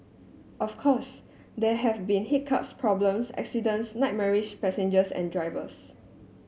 of course there have been hiccups problems accidents nightmarish passengers and drivers